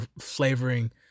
flavoring